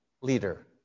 leader